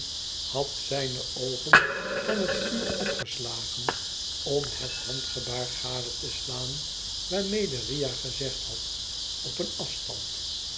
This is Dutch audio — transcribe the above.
had zijne oogon van het vuur opgeslagen om het handgebaar gade te slaan waarmede riah gezegd had op een afstand